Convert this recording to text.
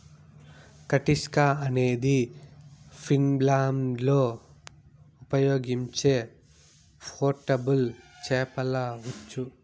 కటిస్కా అనేది ఫిన్లాండ్లో ఉపయోగించే పోర్టబుల్ చేపల ఉచ్చు